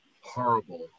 horrible